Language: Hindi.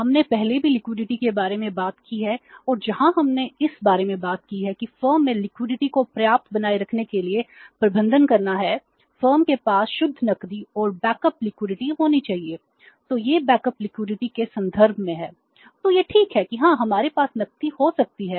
हमने पहले भी लिक्विडिटी हो सकती है